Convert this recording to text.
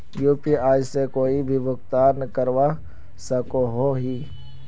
UPI से कोई भी भुगतान करवा सकोहो ही?